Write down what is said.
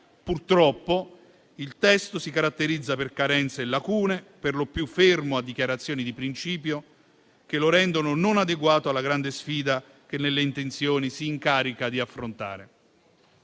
purtroppo, il testo si caratterizza per carenze e lacune; è perlopiù fermo a dichiarazioni di principio che lo rendono non adeguato alla grande sfida che, nelle intenzioni, si incarica di affrontare.